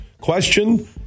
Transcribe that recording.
question